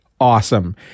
awesome